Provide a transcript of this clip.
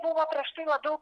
buvo prieš tai labiau